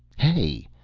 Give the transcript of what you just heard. hey!